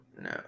No